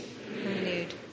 renewed